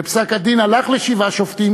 ופסק-הדין הלך להרכב של שבעה שופטים